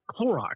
Clorox